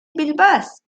بالباص